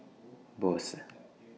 Bose